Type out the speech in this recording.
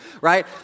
right